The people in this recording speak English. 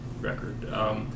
record